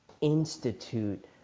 institute